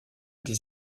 des